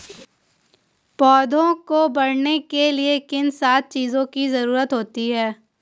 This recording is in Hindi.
पौधों को बढ़ने के लिए किन सात चीजों की जरूरत होती है?